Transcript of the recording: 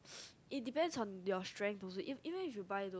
it depend on your strength also even if you buy those